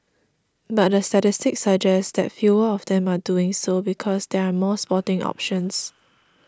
but the statistics suggest that fewer of them are doing so because there are more sporting options